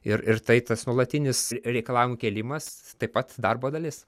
ir ir tai tas nuolatinis reikalavimų kėlimas taip pat darbo dalis